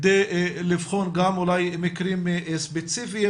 כדי לבחון גם אולי מקרים ספציפיים